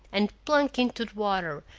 and plunk into the water,